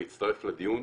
להצטרף לדיון,